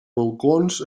balcons